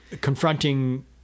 confronting